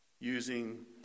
using